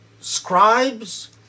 scribes